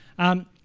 and